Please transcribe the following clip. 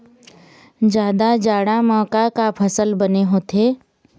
जादा जाड़ा म का का फसल बने होथे?